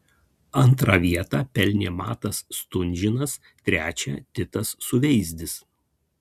antrą vietą pelnė matas stunžinas trečią titas suveizdis